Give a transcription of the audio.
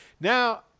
now